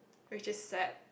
we just sad